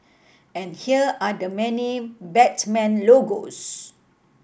and here are the many Batman logos